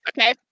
okay